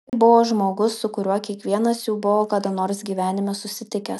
tai buvo žmogus su kuriuo kiekvienas jų buvo kada nors gyvenime susitikęs